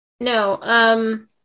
No